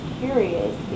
curious